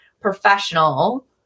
professional